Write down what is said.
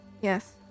Yes